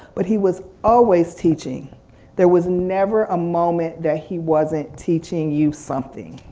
but he was always teaching there was never a moment that he wasn't teaching you something.